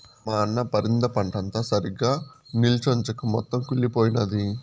మా అన్న పరింద పంటంతా సరిగ్గా నిల్చొంచక మొత్తం కుళ్లిపోయినాది